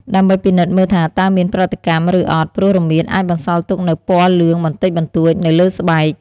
ដើម្បីពិនិត្យមើលថាតើមានប្រតិកម្ម ឬអត់ ព្រោះរមៀតអាចបន្សល់ទុកនូវពណ៌លឿងបន្តិចបន្តួចនៅលើស្បែក។